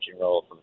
role